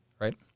right